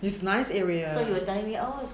it's nice area